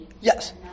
Yes